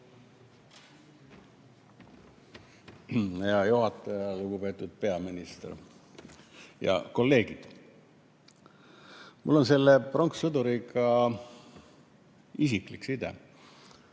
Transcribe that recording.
Hea juhataja, lugupeetud peaminister ja kolleegid! Mul on selle pronkssõduriga isiklik side.